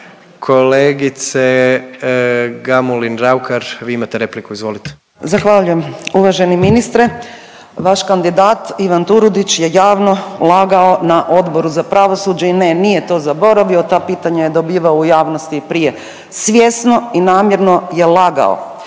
Kolegice Gamulin Raukar, vi imate repliku, izvolite. **Raukar-Gamulin, Urša (Možemo!)** Zahvaljujem. Uvaženi ministre, vaš kandidat Ivan Turudić je javno lagao na Odboru za pravosuđe i ne, nije to zaboravio, ta pitanja je dobivao u javnosti i prije. Svjesno i namjerno je lagao.